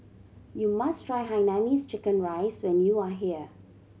you must try hainanese chicken rice when you are here